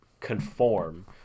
conform